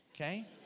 Okay